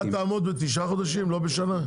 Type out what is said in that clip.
אתה תעמוד בתשעה חודשים, לא בשנה?